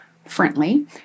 Friendly